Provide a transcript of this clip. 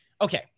Okay